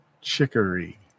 Chicory